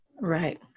Right